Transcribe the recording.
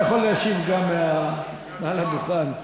אתה יכול להשיב גם מעל הדוכן.